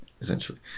essentially